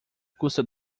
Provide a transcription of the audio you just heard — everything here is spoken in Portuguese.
custa